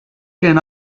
can